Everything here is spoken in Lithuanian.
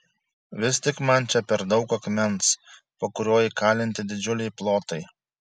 vis tik man čia per daug akmens po kuriuo įkalinti didžiuliai plotai